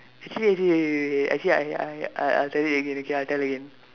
actually okay okay okay okay actually I I I I'll tell you again okay I'll tell again